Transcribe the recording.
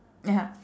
ya